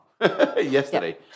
Yesterday